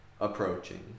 approaching